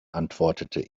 antwortete